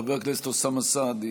חבר הכנסת אוסאמה סעדי,